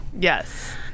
Yes